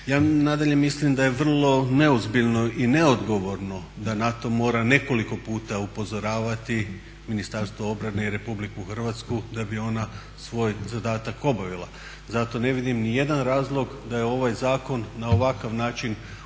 Ja nadalje mislim da je vrlo neozbiljno i neodgovorno da NATO mora nekoliko puta upozoravati Ministarstvo obrane i Republiku Hrvatsku da bi ona svoj zadatak obavila. Zato ne vidim ni jedan razlog da je ovaj zakon na ovakav način uvršten